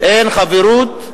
אין חברות,